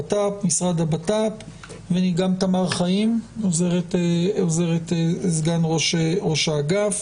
תמר חיים, עוזרת סגן ראש האגף.